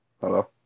hello